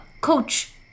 Coach